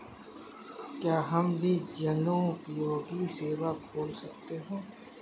क्या हम भी जनोपयोगी सेवा खोल सकते हैं?